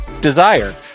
Desire